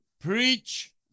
Preach